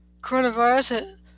coronavirus